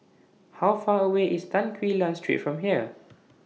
How Far away IS Tan Quee Lan Street from here